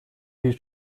bir